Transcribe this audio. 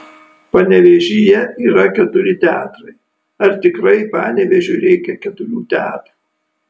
panevėžyje yra keturi teatrai ar tikrai panevėžiui reikia keturių teatrų